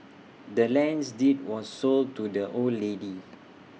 the land's deed was sold to the old lady